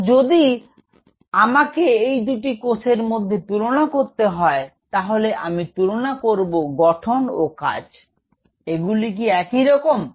তো যদি আমাকে এই দুটি কোষের মধ্যে তুলনা করতে হয় তাহলে আমি তুলনা করব গঠন ও কাজ এগুলি কি একইরকম